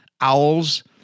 owls